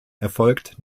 erfolgt